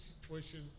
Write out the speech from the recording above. situation